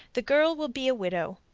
the girl will be a widow.